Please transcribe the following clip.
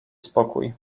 spokój